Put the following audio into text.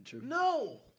No